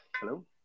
Hello